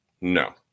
No